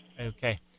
Okay